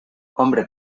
hombre